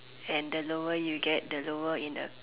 and the lower you get the lower in a